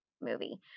movie